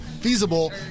feasible